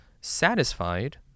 satisfied